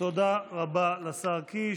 תודה רבה לשר קיש.